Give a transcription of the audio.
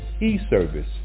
e-service